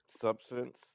substance